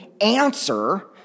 answer